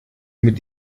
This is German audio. mit